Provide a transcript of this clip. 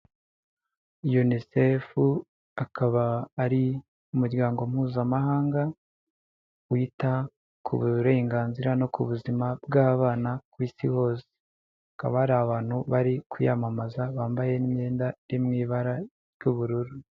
Unicef akaba ari umuryango mpuzamahanga wita ku burenganzira no ku buzima bw'abana ku isi hose, hakaba hari abantu bari kuyamamaza, bambaye n'imyenda iri mu ibara ry'ubururu.